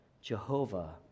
Jehovah